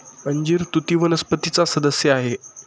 अंजीर तुती वनस्पतीचा सदस्य आहे